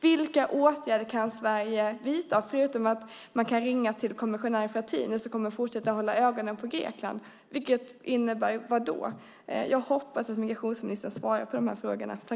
Vilka åtgärder kan Sverige vidta förutom att ringa till kommissionär Frattini som kommer att fortsätta att hålla ögonen på Grekland? Vad innebär det? Jag hoppas att migrationsministern svarar på de här frågorna.